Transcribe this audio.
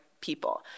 people